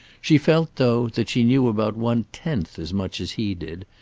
she felt, though, that she knew about one-tenth as much as he did,